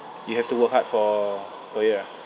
you have to work hard for for it ah